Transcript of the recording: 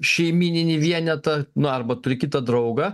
šeimyninį vienetą nu arba turi kitą draugą